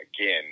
again